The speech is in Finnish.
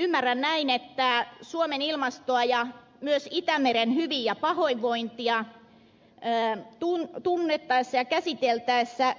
ymmärrän näin että suomen ilmastoa ja myös itämeren hyvin ja pahoinvointia tunnettaessa ja käsiteltäessä